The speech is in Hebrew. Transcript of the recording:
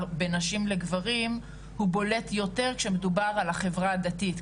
בין נשים לגברים הוא בולט יותר כשמדובר על החברה הדתית,